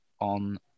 on